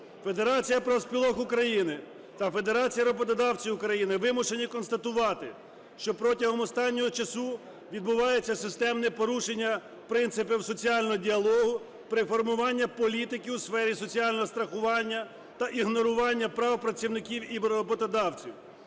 Федерація профспілок України та Федерація роботодавців України вимушені констатувати, що протягом останнього часу відбувається системне порушення принципів соціального діалогу при формуванні політики у сфері соціального страхування та ігнорування прав працівників і роботодавців.